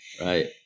Right